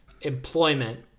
employment